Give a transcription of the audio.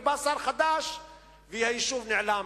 ובא שר חדש והיישוב נעלם?